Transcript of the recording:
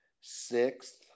sixth